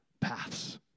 paths